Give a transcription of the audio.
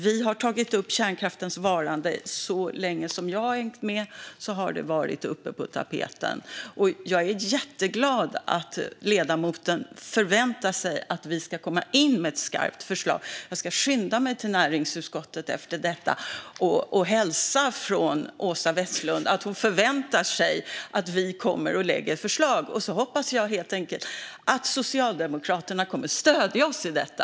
Vi har tagit upp kärnkraftens varande. Så länge som jag har hängt med har det varit uppe på tapeten. Jag är jätteglad att ledamoten förväntar sig att vi ska komma med ett skarpt förslag. Jag ska skynda mig till näringsutskottet efter detta och hälsa från Åsa Westlund att hon förväntar sig att vi kommer att lägga fram förslag. Jag hoppas helt enkelt att Socialdemokraterna kommer att stödja oss i detta.